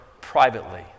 privately